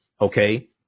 Okay